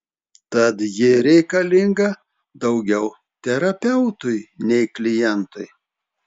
tad ji reikalinga daugiau terapeutui nei klientui